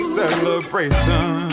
celebration